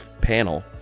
panel